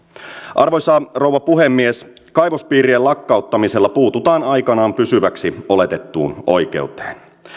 arvoisa rouva puhemies kaivospiirien lakkauttamisella puututaan aikanaan pysyväksi oletettuun oikeuteen